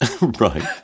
Right